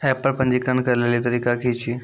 App पर पंजीकरण करै लेली तरीका की छियै?